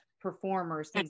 performers